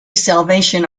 salvation